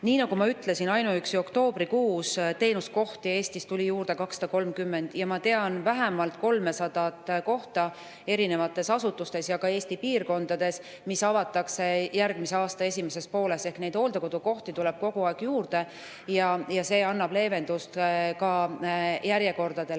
nagu ma ütlesin, ainuüksi oktoobrikuus tuli teenuskohti Eestis juurde 230 ja ma tean vähemalt 300 kohta erinevates asutustes ja ka Eesti eri piirkondades, mis avatakse järgmise aasta esimeses pooles. Ehk hooldekodukohti tuleb kogu aeg juurde ja see annab leevendust ka järjekordadele.